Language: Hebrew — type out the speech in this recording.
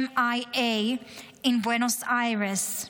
AMIA in Buenos Aires,